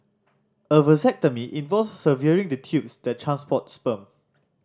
a vasectomy involves severing the tubes that transport sperm